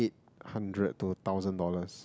hundred to a thousand dollars